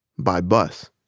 by bus.